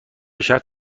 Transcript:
شرط